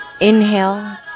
Inhale